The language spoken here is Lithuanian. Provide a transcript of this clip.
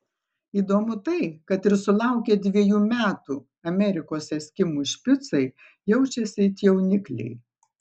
įdomu tai kad ir sulaukę dviejų metų amerikos eskimų špicai jaučiasi it jaunikliai